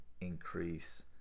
increase